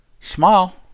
smile